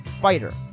fighter